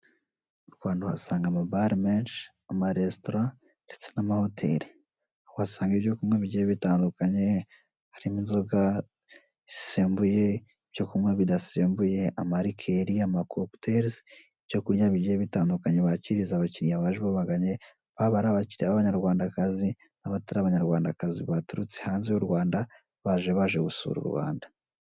Mu Rwanda uhasanga amabare menshi, amaresitora ndetse n'amahoteli aho uhasanga ibyo kunywa bigiye bitandukanye harimo inzoga zisembuye, ibyo kunywa bidasembuye, amalikeri, amakokiterizi, ibyo kurya bigiye bitandukanye bakiriza abakiriya baje babagannye baba ari abakiriya b'abanyarwandakazi n'abatari abanyarwandakazi baturutse hanze y'u Rwanda baje baje gusura u Rwanda.